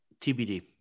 TBD